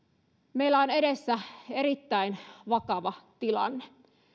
meillä on edessä erittäin vakava tilanne